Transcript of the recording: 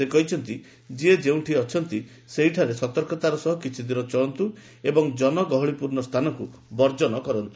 ସେ କହିଛନ୍ତି ଯିଏ ଯେଉଁଠି ଅଛନ୍ତି ସେଠାରେ ସତର୍କତାର ସହ କିଛିଦିନ ଚଳନ୍ତୁ ଏବଂ ଜନଗହଳିପୂର୍ଣ୍ଣ ସ୍ଥାନକୁ ବର୍ଜନ କରନ୍ତୁ